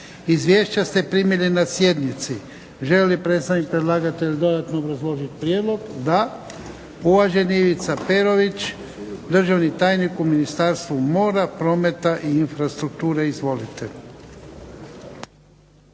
Izvješća ste primili na sjednici. Želi li predstavnik predlagatelja dodatno obrazložiti prijedlog? Da. Uvaženi Ivica Perović, državni tajnik u Ministarstvu mora, prometa i infrastrukture. Izvolite.